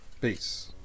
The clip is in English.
Peace